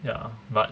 ya but